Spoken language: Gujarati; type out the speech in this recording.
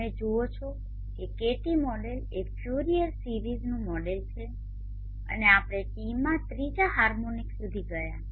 તમે જુઓ છો કે kt મોડેલ એ ફ્યુરિયર સિરીઝનું મોડેલ છે અને આપણે Tમાં ત્રીજા હાર્મોનિક સુધી ગયા હતા